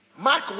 Mark